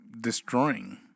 destroying